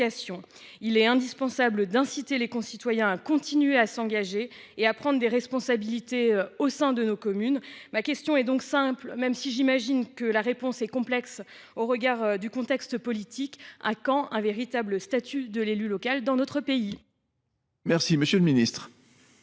Il est indispensable d’inciter les concitoyens à continuer à s’engager et à prendre des responsabilités au sein de nos communes. Ma question est donc simple, même si j’imagine que la réponse est complexe au regard du contexte politique : à quand un véritable statut de l’élu local dans notre pays ? La parole est à M. le ministre